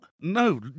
No